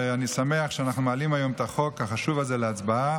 ואני שמח שאנחנו מעלים היום את החוק החשוב הזה להצבעה,